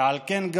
ועל כן,